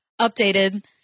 updated